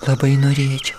labai norėčiau